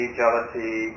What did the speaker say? jealousy